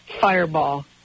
fireball